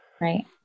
Right